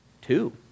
Two